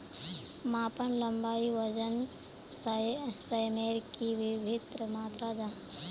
मापन लंबाई वजन सयमेर की वि भिन्न मात्र जाहा?